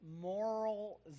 moral